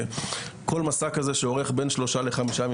כל מסע כזה שאורך בין שלושה ולחמישה ימים